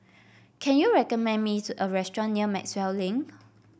can you recommend me a restaurant near Maxwell Link